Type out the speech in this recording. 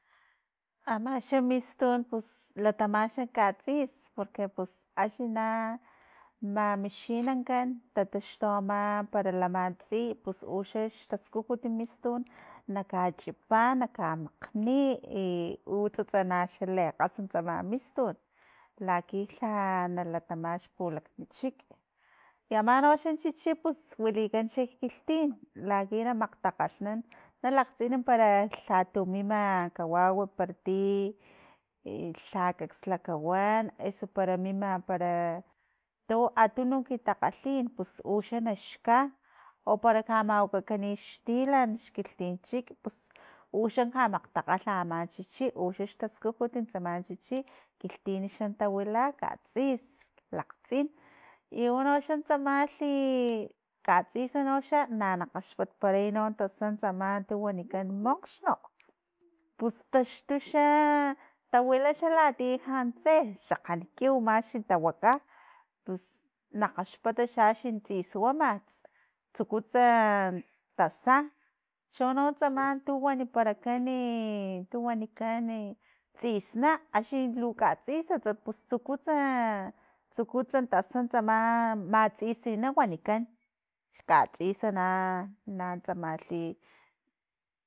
Ama xa mistun pus latama xa katsis porque pus axni na mamixinankan tataxtu a ma pero lama tsiy pus uxa xtaskujut mistun na kachipa na kamakgni i utsats na xa lekgasat tsama mistun laki lha na latama xpulagni chik. i ama no chichi pus huilikan xkilhtin laki na makgtakgalhnan na lakgtsin paro lha tu mima kahuau para ti i lha kakslakahuan eso para mima para tu a tununk takgalhin pus u xa naxka, o para ka mahuakakani xtilan xkilhtinchik pus u xa kamakgtakgalh aman chichi uxa xtaskujut tsama chiche kilhtin xa tahuila katsis likgtsin. i unoxa tsama lhi katsis noxa na kgaxpatparay tasa tsama tu huanikan monkgxno pus taxtu xa tahuilaxa latia lhantse xakgankiw maxs tahuila pusna kgaxpata xha axni tsishuama tsukuts a tasa chono tsama tu waniparakani tu wanikan i tsisna axni lu katsisats pus tsukuts a tsukust tasa tsama matsisana wanikan katsisana na tsamalhi.